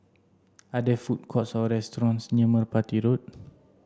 are there food courts or restaurants near Merpati Road